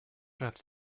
should